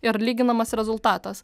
ir lyginamas rezultatas